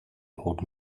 old